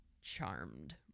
charmed